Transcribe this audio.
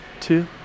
two